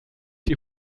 die